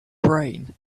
brain